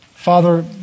Father